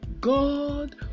God